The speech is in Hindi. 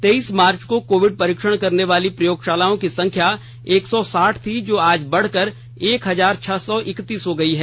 तेईस मार्च को कोविड परीक्षण करने वाली प्रयोगशालाओं की संख्या एक सौ साठ थी जो आज बढ़कर एक हजार छह सौ इक्तीस हो गई है